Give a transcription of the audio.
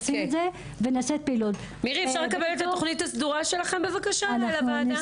אפשר לקבל את התוכנית הסדורה שלכם בבקשה לוועדה?